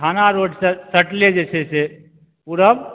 थाना रोड से सटले जे छै से पूरब